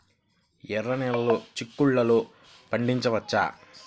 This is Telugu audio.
ఎర్ర నెలలో చిక్కుల్లో పండించవచ్చా?